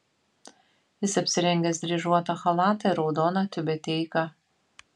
jis apsirengęs dryžuotą chalatą ir raudoną tiubeteiką